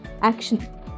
action